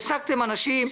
העסקתם אנשים.